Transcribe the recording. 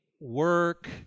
work